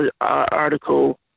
article